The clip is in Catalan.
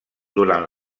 durant